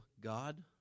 God